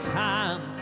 time